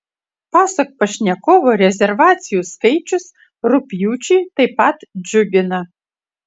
pasak pašnekovo rezervacijų skaičius rugpjūčiui taip pat džiugina